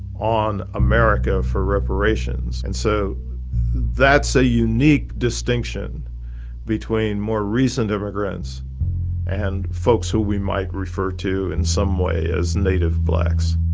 on america for reparations. and so that's a unique distinction between more recent immigrants and folks who we might refer to in some way as native blacks